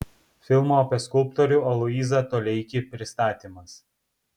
filmo apie skulptorių aloyzą toleikį pristatymas